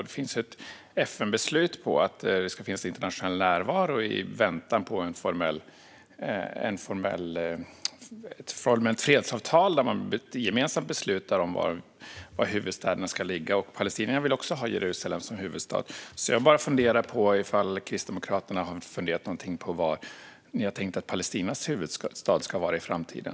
Det finns ett FN-beslut på att det ska finnas internationell närvaro i väntan på ett formellt fredsavtal där man gemensamt beslutar om var huvudstäderna ska ligga. Palestinierna vill också ha Jerusalem som huvudstad. Jag undrar om Kristdemokraterna har funderat någonting på var ni har tänkt att Palestinas huvudstad ska vara i framtiden.